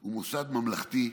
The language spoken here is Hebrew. הוא מוסד ממלכתי,